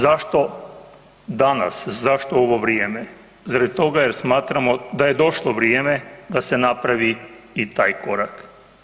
Zašto danas, zašto u ovo vrijeme, zar toga jer smatramo da je došlo vrijeme da se napravi i taj korak.